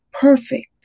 perfect